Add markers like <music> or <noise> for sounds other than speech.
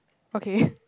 okay <breath>